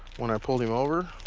when i pulled him over,